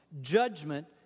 judgment